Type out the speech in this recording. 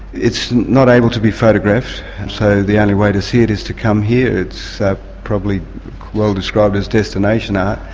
it's not able to be photographed so the only way to see it is to come here. it's probably well described as destination art.